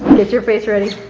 get your face ready.